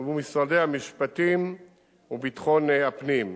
ומשרדי המשפטים וביטחון הפנים.